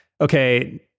okay